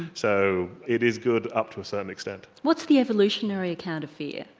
so it is good up to a certain extent. what's the evolutionary account of fear?